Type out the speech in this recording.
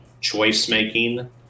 choice-making